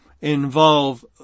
involve